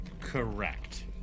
Correct